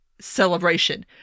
celebration